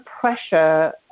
pressure